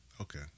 okay